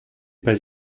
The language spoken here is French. pas